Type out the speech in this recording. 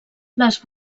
les